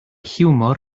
hiwmor